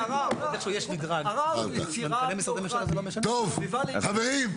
טוב, חברים.